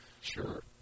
sure